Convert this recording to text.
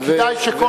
החוק, בוודאי, כדאי.